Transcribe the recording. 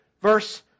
verse